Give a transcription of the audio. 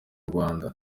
rwanda